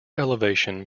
elevation